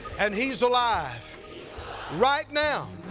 and he's alive right now.